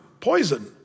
poison